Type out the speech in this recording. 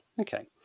Okay